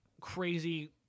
crazy